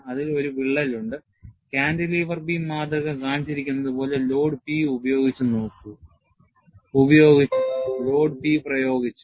അതിൽ ഒരു വിള്ളൽ ഉണ്ട് കാന്റിലൈവർ ബീം മാതൃക കാണിച്ചിരിക്കുന്നതുപോലെ ലോഡ് P പ്രയോഗിച്ചു